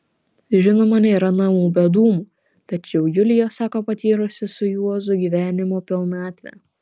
žinoma nėra namų be dūmų tačiau julija sako patyrusi su juozu gyvenimo pilnatvę